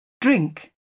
Drink